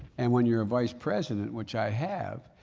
and when you're a vice president, which i have,